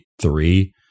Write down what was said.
three